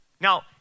Now